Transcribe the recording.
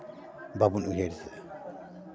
ᱵᱟᱵᱚᱱ ᱩᱭᱦᱟᱹᱨ ᱫᱟ